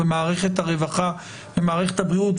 מערכת הרווחה ומערכת הבריאות,